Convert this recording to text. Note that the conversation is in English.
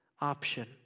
option